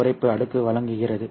குறைப்பு அடுக்கு வழங்குகிறது